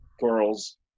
girls